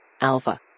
Alpha